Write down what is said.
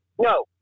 No